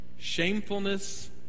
Shamefulness